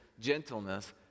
gentleness